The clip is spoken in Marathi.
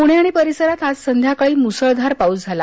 प्णे आणि परिसरात आज संध्याकाळी मुसळधार पाऊस झाला